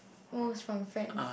most from Friends